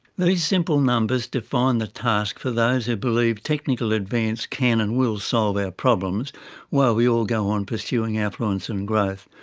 these simple numbers define the task for those who believe technical advance can and will solve our problems while we all go on pursuing affluence and growth.